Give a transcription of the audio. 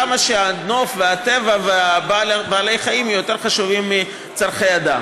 למה שהנוף והטבע ובעלי החיים יהיו יותר חשובים מצורכי אדם?